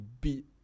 beat